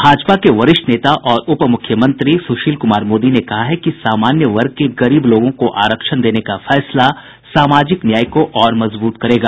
भाजपा के वरिष्ठ नेता और उप मुख्यमंत्री सुशील कुमार मोदी ने कहा है कि सामान्य वर्ग के गरीब लोगों को आरक्षण देने का फैसला सामाजिक न्याय को और मजबूत करेगा